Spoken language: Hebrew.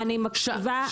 אני מקשיבה,